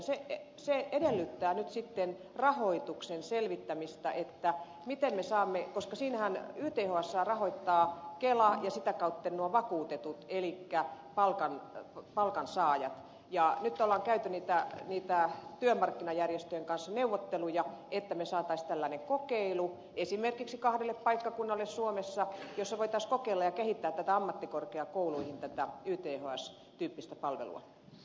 se edellyttää nyt sitten rahoituksen selvittämistä koska ythsäähän rahoittaa kela ja sitä kautta vakuutetut elikkä palkansaajat ja nyt on käyty työmarkkinajärjestöjen kanssa neuvotteluja että me saisimme esimerkiksi kahdelle paikkakunnalle suomessa tällaisen kokeilun jossa voitaisiin kokeilla ja kehittää ammattikorkeakouluihin tätä yths tyyppistä palvelua